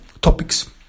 topics